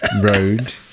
road